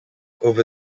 over